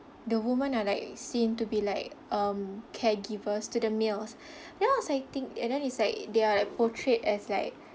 the woman are like seen to be like um caregivers to the males then I was like think and then it's like they're like portrayed as like